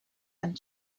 and